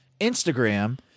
Instagram